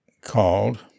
called